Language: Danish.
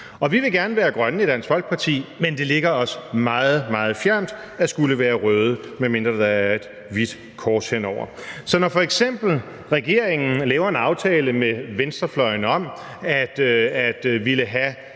vi vil gerne være grønne i Dansk Folkeparti, men det ligger os meget, meget fjernt at skulle være røde, medmindre der er et hvidt kors henover. Så når regeringen f.eks. laver en aftale med venstrefløjen om at ville have